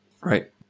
Right